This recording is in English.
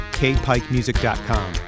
kpikemusic.com